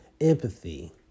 empathy